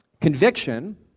conviction